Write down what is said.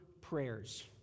prayers